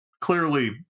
clearly